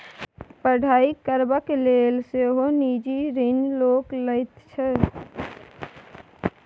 पढ़ाई करबाक लेल सेहो निजी ऋण लोक लैत छै